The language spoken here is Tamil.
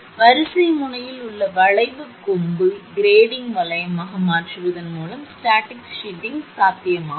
எனவே வரிசை முனையில் உள்ள வளைவு கொம்பை கிரேடிங் வளையமாக மாற்றுவதன் மூலம் ஸ்டாடிக் ஷில்ட்டிங் சாத்தியமாகும்